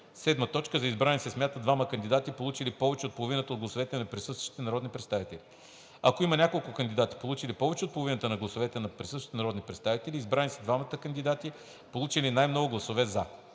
имена. 7. За избрани се смятат двамата кандидати, получили повече от половината от гласовете на присъстващите народни представители. Ако има няколко кандидати, получили повече от половината от гласовете на присъстващите народни представители, избрани са двамата кандидати, получили най-много гласове „за“.